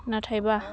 नाथायबा